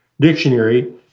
dictionary